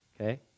Okay